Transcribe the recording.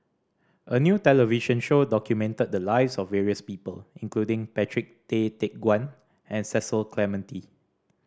a new television show documented the lives of various people including Patrick Tay Teck Guan and Cecil Clementi